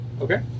okay